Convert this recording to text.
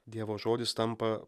dievo žodis tampa